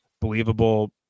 believable